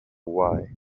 why